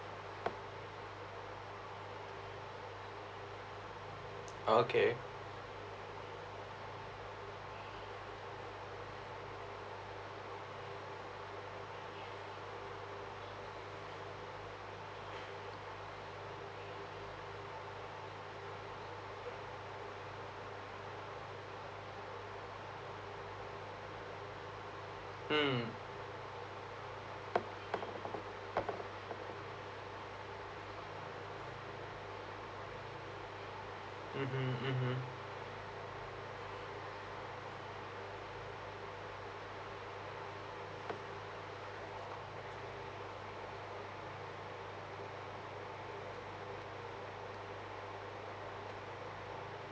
uh okay mm mmhmm mmhmm